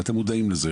אתם מודעים לזה,